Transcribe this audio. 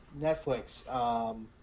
Netflix